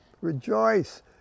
Rejoice